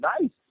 nice